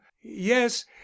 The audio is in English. yes